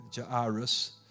Jairus